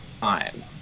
time